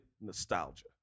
nostalgia